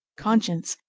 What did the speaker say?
conscience,